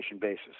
basis